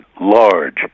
large